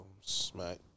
smack